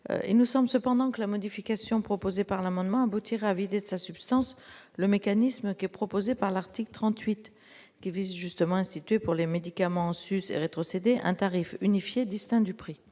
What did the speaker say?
et nous sommes cependant que la modification proposée par l'amendement aboutira à vider de sa substance le mécanisme qui est proposée par l'article 38 qui vise justement, instituer pour les médicaments sucer rétrocéder un tarif unifié distinct du prix,